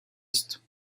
ist